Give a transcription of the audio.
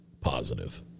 positive